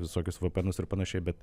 visokius vėpėenus ir panašiai bet